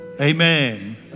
Amen